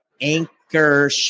anchor